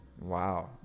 Wow